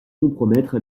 compromettre